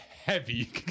heavy